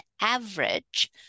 average